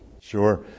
Sure